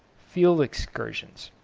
field excursions,